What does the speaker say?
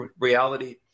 reality